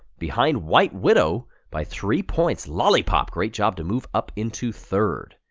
behind white widow by three points. lollipop, great job to move up into third.